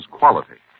quality